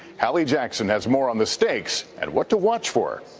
hallie jackson has more on the stakes and what to watch for.